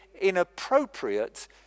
inappropriate